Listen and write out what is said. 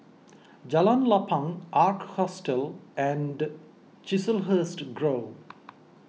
Jalan Lapang Ark Hostel and Chiselhurst Grove